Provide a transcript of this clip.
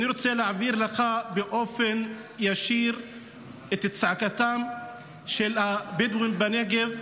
אני רוצה להעביר לך באופן ישיר את צעקתם של הבדואים בנגב.